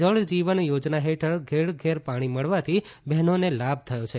જળ જીવન યોજના હેઠળ ઘેર ઘેર પાણી મળવાથી બહેનોને લાભ થયો છે